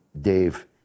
Dave